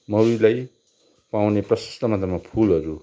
मौरीलाई पाउने प्रशस्त मात्रामा फुलहरू